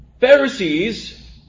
Pharisees